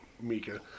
Mika